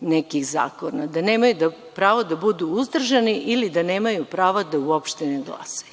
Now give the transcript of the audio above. nekih zakona, da nemaju pravo da budu uzdržani ili da nemaju prava da uopšte ne glasaju.